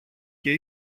και